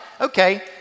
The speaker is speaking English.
okay